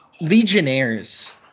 legionnaires